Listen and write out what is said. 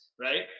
right